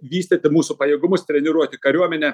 vystyti mūsų pajėgumus treniruoti kariuomenę